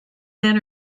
men